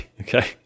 okay